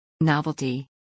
Novelty